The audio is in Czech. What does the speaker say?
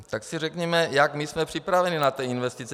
Tak si řekněme, jak my jsme připraveni na ty investice.